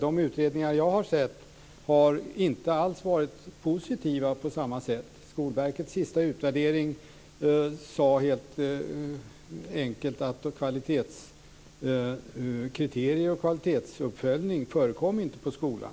De utredningar som jag har sett har inte alls på samma sätt varit positiva. Skolverkets sista utvärdering sade helt enkelt att kvalitetskriterier och kvalitetsuppföljning inte förekommer på skolan.